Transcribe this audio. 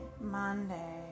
Monday